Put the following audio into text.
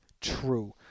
true